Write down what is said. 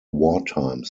wartime